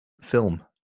film